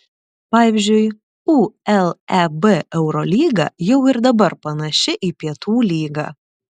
pavyzdžiui uleb eurolyga jau ir dabar panaši į pietų lygą